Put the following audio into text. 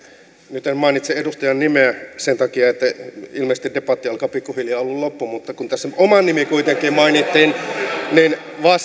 nyt en mainitse edustajan nimeä sen takia että ilmeisesti debatti alkaa pikkuhiljaa olla loppu mutta kun tässä oma nimi kuitenkin mainittiin niin